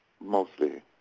mostly